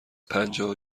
پنجاه